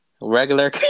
Regular